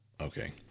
Okay